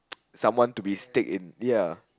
someone to be stick in ya